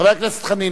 חבר הכנסת חנין,